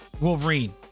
Wolverine